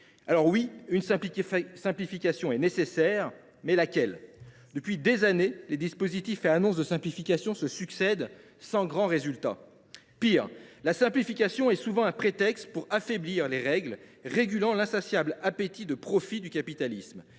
Alors, oui, une simplification est nécessaire ! Mais laquelle ? Depuis des années, les dispositifs et annonces de simplification se succèdent, sans grand résultat. Pis, la simplification est souvent un prétexte pour affaiblir les règles régulant l’insatiable appétit de profit du capitalisme.